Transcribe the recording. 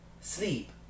sleep